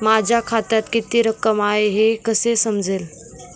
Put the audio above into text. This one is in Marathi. माझ्या खात्यात किती रक्कम आहे हे कसे समजेल?